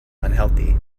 unhealthy